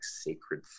sacred